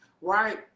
right